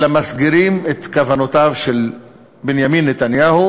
אלא מסגירים את כוונותיו של בנימין נתניהו,